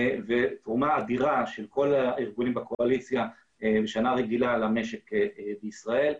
תרומה של כל הארגונים בקואליציה בשנה רגילה למשק בישראל.